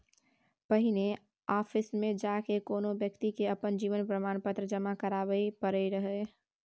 पहिने आफिसमे जा कए कोनो बेकती के अपन जीवन प्रमाण पत्र जमा कराबै परै रहय